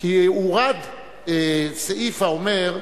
כי הורד סעיף האומר,